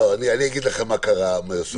אני אגיד לך מה קרה בסוף השבוע.